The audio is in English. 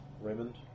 Raymond